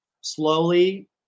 slowly